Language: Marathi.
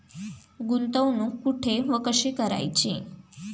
गुंतवणूक कुठे व कशी करायची?